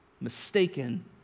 mistaken